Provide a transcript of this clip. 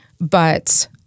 but-